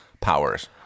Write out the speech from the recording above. powers